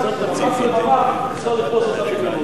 אמרו שמשום שנמס לבבם אפשר לכבוש אותם בקלות,